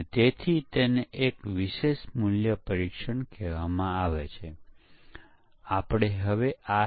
અને તે જ રીતે એકીકરણ પરીક્ષણ પણ છે વેરિફિકેશન તકનીક છે જ્યારે સિસ્ટમ પરીક્ષણ એ વેલીડેશન તકનીક છે